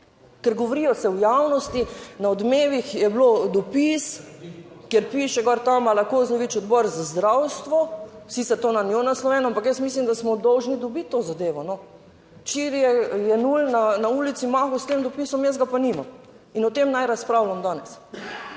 ker govorijo se v javnosti, na Odmevih je bilo dopis, kjer piše gor Tamara Kozlovič, Odbor za zdravstvo, sicer to na njo naslovljeno, ampak jaz mislim, da smo dolžni dobiti to zadevo. Včeraj je Jenull na ulici mahal s tem dopisom, jaz ga pa nimam in o tem naj razpravljam danes.